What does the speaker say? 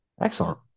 excellent